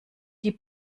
die